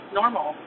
normal